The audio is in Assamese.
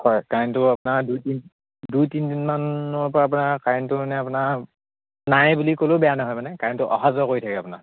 হয় কাৰেণ্টটো আপোনাৰ দুই তিনি দুই তিনিদিনমানৰ পৰা আপোনাৰ কাৰেণ্টটো মানে আপোনাৰ নাই বুলি ক'লেও বেয়া নহয় মানে কাৰেণ্টটো অহা যোৱা কৰি থাকে আপোনাৰ